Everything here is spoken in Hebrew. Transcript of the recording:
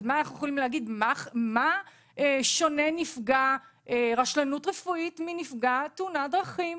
אז אנחנו יכולים לשאול במה שונה נפגע רשלנות רפואית מנפגע תאונת דרכים.